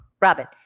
Robin